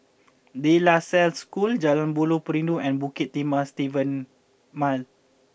De La Salle School Jalan Buloh Perindu and Bukit Timah Steven Mile